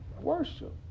Worship